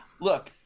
Look